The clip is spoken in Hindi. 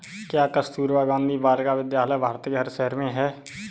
क्या कस्तूरबा गांधी बालिका विद्यालय भारत के हर शहर में है?